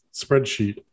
spreadsheet